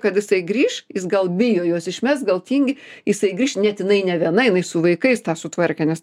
kad jisai grįš jis gal bijo juos išmest gal tingi jisai grįš net jinai ne viena jinai su vaikais tą sutvarkė nes